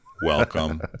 Welcome